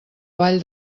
vall